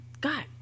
God